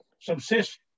subsist